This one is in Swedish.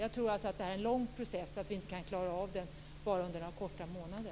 Jag tror att det är en lång process, att vi inte kan klara av det under några korta månader.